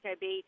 Beach